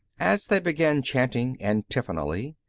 as they began chanting antiphonally,